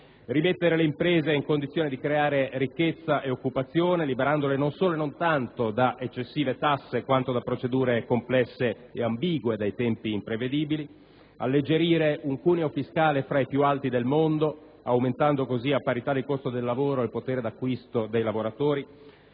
rimettere le imprese in condizione di creare ricchezza e occupazione, liberandole non solo e non tanto da eccessive tasse, quanto da procedure complesse e ambigue dai tempi imprevedibili; alleggerire un cuneo fiscale tra i più alti del mondo, aumentando così, a parità di costo del lavoro, il potere di acquisto dei lavoratori;